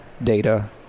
data